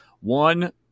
One